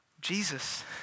Jesus